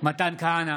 מתן כהנא,